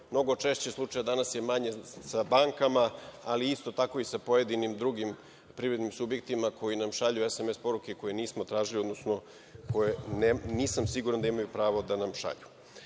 mnogo češći slučaj, a danas je manje sa bankama, ali isto tako i sa pojedinim drugim privrednim subjektima koji nam šalju SMS poruke koje nismo tražili, odnosno nisam siguran da imaju pravo da nam šalju. Dakle,